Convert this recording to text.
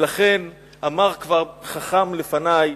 ולכן אמר כבר חכם לפני,